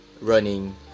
running